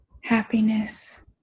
happiness